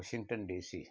Washington DC